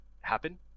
happen